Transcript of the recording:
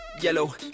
Yellow